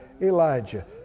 Elijah